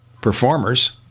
performers